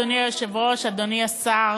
אדוני היושב-ראש, אדוני השר,